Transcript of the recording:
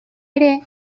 ere